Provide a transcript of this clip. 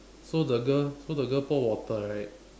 so the girl so the girl pour water right